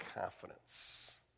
confidence